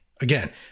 again